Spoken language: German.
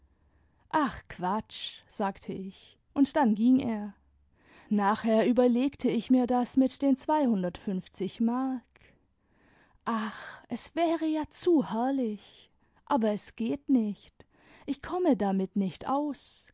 a quatsch sagte ich und dann ging er nachher überlegte ich mir das mit den zweihundertfünfzig mark ach es wäre ja zu herrlich aber es geht nicht ich komme damit nicht aus